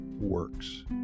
works